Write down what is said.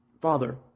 Father